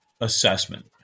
assessment